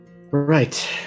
Right